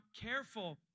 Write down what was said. careful